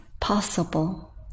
possible